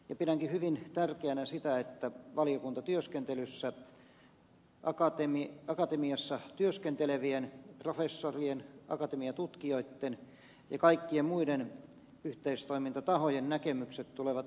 pidänkin hyvin tärkeänä sitä että valiokuntatyöskentelyssä akatemiassa työskentelevien professorien akatemiatutkijoitten ja kaikkien muiden yhteistoimintatahojen näkemykset tulevat esille